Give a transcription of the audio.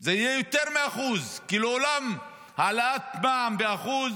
הוא יהיה יותר מאחוז, כי לעולם העלאת מע"מ באחוז